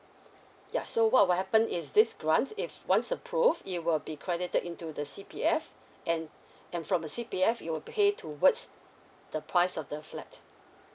ya so what will happen is this grant if once approved it will be credited into the C_P_F and and from the C_P_F it will pay towards the price of the flat